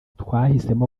twahisemo